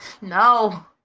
No